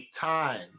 Time